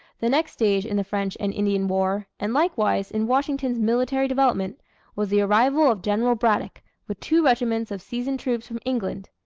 the next stage in the french and indian war and likewise in washington's military development was the arrival of general braddock with two regiments of seasoned troops from england.